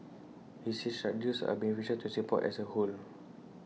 he said such deals are beneficial to Singapore as A whole